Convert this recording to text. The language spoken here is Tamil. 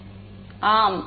மாணவர் ஆம்